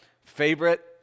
favorite